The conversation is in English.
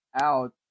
out